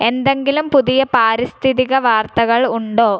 എന്തെങ്കിലും പുതിയ പാരിസ്ഥിതിക വാർത്തകൾ ഉണ്ടോ